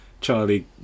Charlie